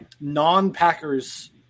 non-Packers